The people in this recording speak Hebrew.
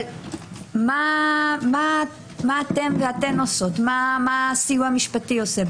אבל מה אתם ואתן עושות, מה הסיוע המשפטי עושה?